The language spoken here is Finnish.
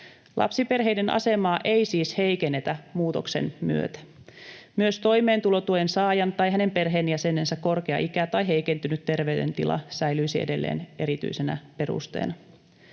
Lapsiperheiden asemaa ei siis heikennetä muutoksen myötä. Myös toimeentulotuen saajan tai hänen perheenjäsenensä korkea ikä tai heikentynyt terveydentila säilyisi edelleen erityisenä perusteena.